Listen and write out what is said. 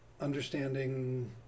understanding